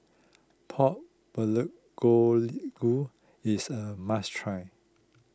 Pork Bule Golu is a must try